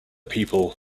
people